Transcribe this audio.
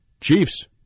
Chiefs